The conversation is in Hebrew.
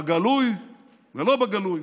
בגלוי ולא בגלוי.